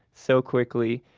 so quickly,